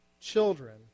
children